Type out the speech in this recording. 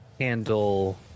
handle